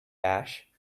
ash